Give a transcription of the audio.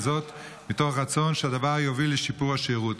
וזאת מתוך רצון שהדבר יוביל לשיפור השירות,